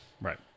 right